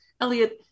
Elliot